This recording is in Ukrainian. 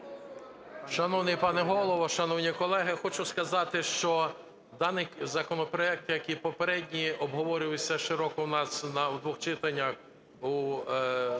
Шановний пане Голово, шановні колеги, хочу сказати, що даний законопроект, як і попередній, обговорювався широко у нас на двох читаннях на засіданні